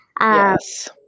Yes